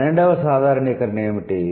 పన్నెండవ సాధారణీకరణ ఏమిటి